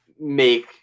make